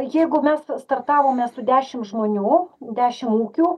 jeigu mes startavome su dešimt žmonių dešimt ūkių